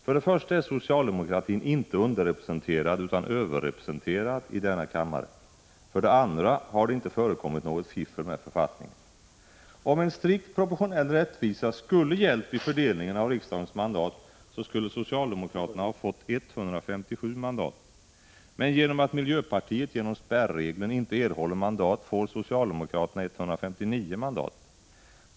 För det första är socialdemokratin inte underrepresenterad utan överrepresenterad i denna kammare. För det andra har det inte förekommit något fiffel med författningen. Om en strikt proportionell rättvisa skulle ha gällt vid fördelningen av riksdagens mandat, så skulle socialdemokraterna ha fått 157 mandat. Men genom att miljöpartiet genom spärregeln inte erhåller mandat får socialdemokraterna 159 mandat.